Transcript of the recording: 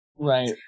Right